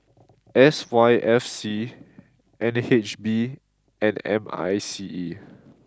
S Y F C N H B and M I C E